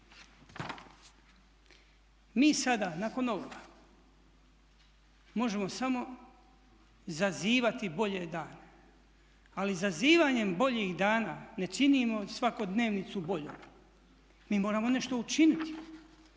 Mi sada nakon ovoga možemo samo zazivati bolje dane, ali zazivanjem boljih dana ne činimo svakodnevnicu boljom. Mi moramo nešto učiniti.